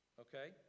okay